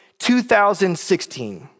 2016